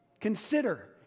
Consider